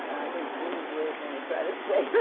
i think women's wear is going to try to say so.